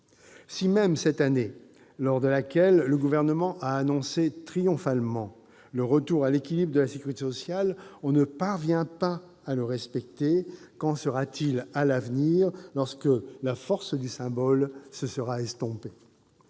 Si, même cette année, pour laquelle le Gouvernement a annoncé triomphalement le retour à l'équilibre de la sécurité sociale, l'on ne parvient pas à le respecter, qu'en sera-t-il à l'avenir, lorsque le symbole se sera estompé ?